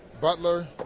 Butler